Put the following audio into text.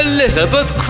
Elizabeth